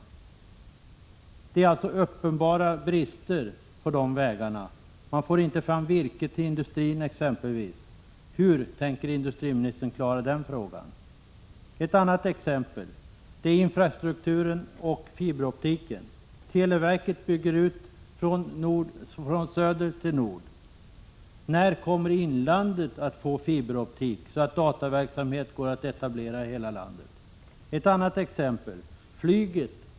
Det finns alltså uppenbara brister i fråga om underhållet av dessa vägar. Man får exempelvis inte fram virke till industrin. Hur tänker industriministern klara den frågan? Ett annat exempel är infrastrukturen när det gäller utbyggnaden av fiberoptiken. Televerket bygger ut från söder till norr. När kommer inlandet att få fiberoptik, så att dataverksamhet går att etablera i hela landet? Ytterligare ett exempel gäller flyget.